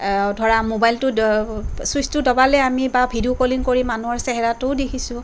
ধৰা মোবাইলটো চুইচটো দবালেই আমি বা ভিডিঅ' কলিং কৰি মানুহৰ চেহেৰাটোও দেখিছোঁ